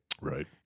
Right